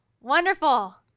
Wonderful